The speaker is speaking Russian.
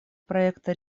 проекта